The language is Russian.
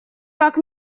как